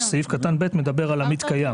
סעיף קטן (ב) מדבר על עמית קיים.